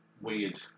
weird